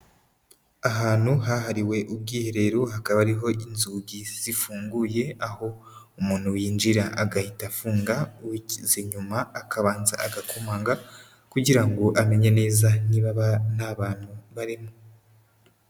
Ahantu hahariwe ubwiherero, hakaba hari inzugi zifunguye, aho umuntu winjira agahita afunga, uwikinze inyuma akabanza agakomanga kugira ngo amenye neza niba nta bantu barimo.